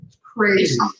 crazy